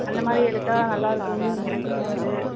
அந்த மாதிரி எடுத்தால் நல்லா இருக்கும்ன்னு எனக்குத் தோணுது